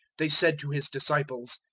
they said to his disciples,